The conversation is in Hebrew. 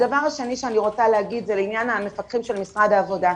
הדבר השני שאני רוצה להגיד זה לעניין המפקחים של משרד העבודה.